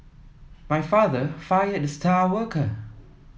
my father fired the star worker